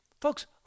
Folks